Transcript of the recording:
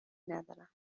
ندارم